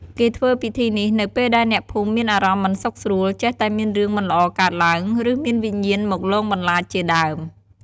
គេធ្វើពិធីនេះ នៅពេលដែលអ្នកភូមិមានអារម្មណ៍មិនសុខស្រួល ចេះតែមានរឿងមិនល្អកើតឡើង ឬមានវិញ្ញាណមកលងបន្លាចជាដើម។